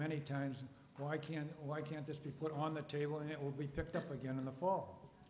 many times why can't why can't this be put on the table and it will be picked up again in the fall